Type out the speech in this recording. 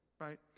Right